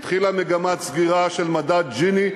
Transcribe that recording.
התחילה מגמת סגירה של מדד ג'יני,